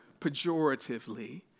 pejoratively